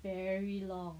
very long